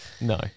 No